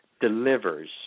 delivers